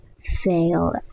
Fail